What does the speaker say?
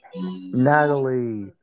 Natalie